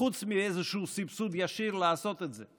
חוץ מאיזשהו סבסוד ישיר, לעשות את זה.